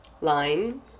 line